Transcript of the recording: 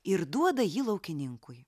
ir duoda jį laukininkui